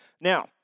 Now